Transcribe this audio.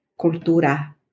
cultura